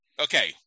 Okay